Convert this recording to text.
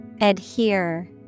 Adhere